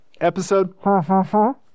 episode